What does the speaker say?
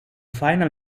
final